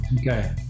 Okay